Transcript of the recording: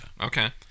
Okay